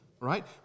Right